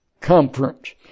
conference